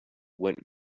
went